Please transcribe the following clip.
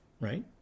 right